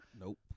Nope